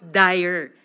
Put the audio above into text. dire